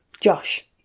Josh